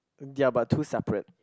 ya but two separate